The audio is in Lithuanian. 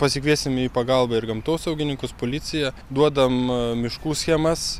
pasikviesim į pagalbą ir gamtosaugininkus policiją duodamam miškų schemas